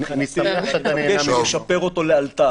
אני מבקש לשפר אותו לאלתר.